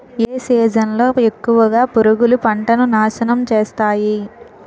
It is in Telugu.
ఏ సీజన్ లో ఎక్కువుగా పురుగులు పంటను నాశనం చేస్తాయి?